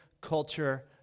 culture